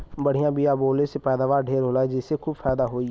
बढ़िया बिया बोवले से पैदावार ढेर होला जेसे खूब फायदा होई